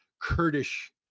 Kurdish